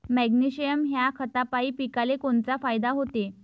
Magnesium ह्या खतापायी पिकाले कोनचा फायदा होते?